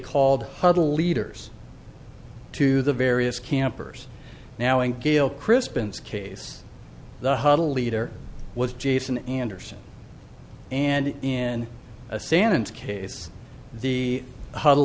called huddle leaders to the various campers now in galle crispin's case the huddle leader was jason anderson and in a sand case the huddle